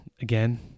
again